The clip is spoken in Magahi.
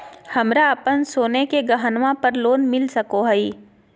हमरा अप्पन सोने के गहनबा पर लोन मिल सको हइ?